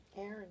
Aaron